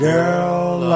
Girl